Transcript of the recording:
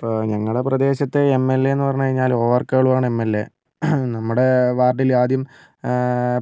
ഇപ്പോൾ ഞങ്ങളുടെ പ്രദേശത്ത് എം എൽ എ എന്ന് പറഞ്ഞുകഴിഞ്ഞാൽ ഒ ആർ കേളു ആണ് എം എൽ എ നമ്മുടെ വാർഡിൽ ആദ്യം